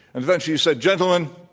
and eventually he said, gentlemen,